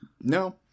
No